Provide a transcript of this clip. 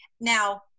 now